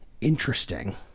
interesting